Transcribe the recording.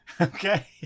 Okay